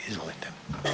Izvolite.